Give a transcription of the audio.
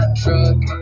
truck